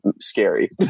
scary